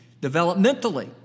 developmentally